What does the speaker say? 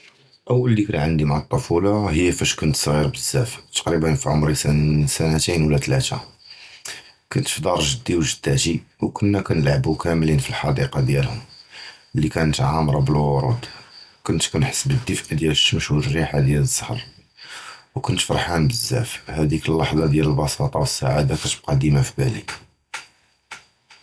אוּל זִכְּרָה עַנְדִי עִם אֶל-טִּפְוּלָה הִיָּא פִיּש כַּנִּתְסְגֵּ'ר בְּזַבַּא, תִּקְרִיבָּא פִי עֻמְרִי שְׁנַתֵין וְלָא תְּלָתָה. כַּנִּתְפִיּ פִי דָּאר גְּדִי וְגְּדָאתִי, וְכַּנָּה כַּנִּלְעַבּוּ כֻּלִּין פִי אֶל-חַדִיקָּה דִיָּאלְהָם, אֶל-לִיּ כַּנָּה עָאמְרָה בְּאֶל-וָרְדּ, כַּנִּתְחַס בְּדַףְּאָא דִיָּאל אֶל-שַּׁמְש וְאֶל-רִיחַא דִיָּאל אֶל-זַהַר, וְכַּנִּתְפַרְחָאן בְּזַבַּא. הַדָּאק אֶל-לַחְצָה דִיָּאל אֶל-בְּסַاطָה וְאֶל-סַעָאדָה כַּתַּבְקִּי דִימָא פִי-בָּאלִי.